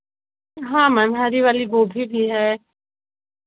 हाँ मैम हरी वाली गोभी भी है